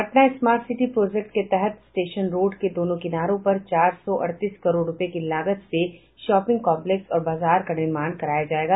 Patna smart city project के तहत station road के दोनों किनारों पर चार सौ अड़तीस करोड़ रूपये की लागत से शॉपिंग कॉम्पलेक्स और बाजार का निर्माण कराया जायेगा